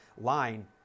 line